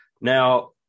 Now